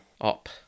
up